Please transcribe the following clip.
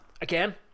Again